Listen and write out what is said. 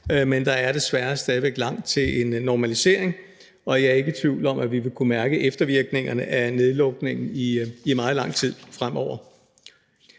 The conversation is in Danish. men der er desværre stadig væk langt til en normalisering, og jeg er ikke i tvivl om, at vi vil kunne mærke eftervirkningerne af nedlukningen i meget lang tid fremover.